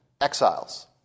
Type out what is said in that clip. exiles